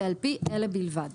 ועל פי אלה בלבד."